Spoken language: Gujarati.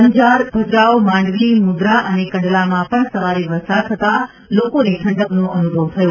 અંજાર ભચાઉ માંડવી મુંદ્રા અને કંડલામાં પણ સવારે વરસાદ થતા લોકોને ઠંડકનો અનુભવ થયો